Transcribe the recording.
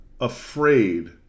afraid